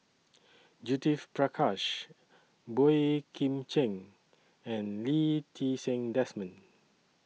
Judith Prakash Boey Kim Cheng and Lee Ti Seng Desmond